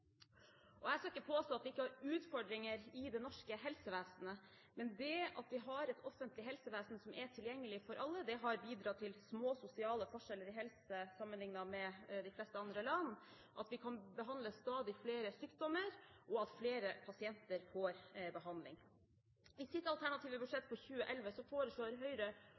velferdspolitikken. Jeg skal ikke påstå at vi ikke har utfordringer i det norske helsevesenet, men det at vi har et offentlig helsevesen som er tilgjengelig for alle, har bidratt til små sosiale forskjeller i helse sammenlignet med de fleste andre land, at vi kan behandle stadig flere sykdommer, og at flere pasienter får behandling. I sitt alternative budsjett for 2011 foreslår Høyre